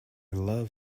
love